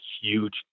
huge